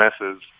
messes